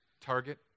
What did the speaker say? target